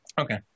okay